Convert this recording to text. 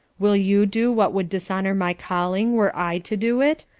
will you do what would dishonour my calling were i to do it?